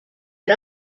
but